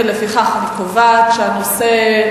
לפיכך אני קובעת שהנושא,